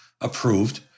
approved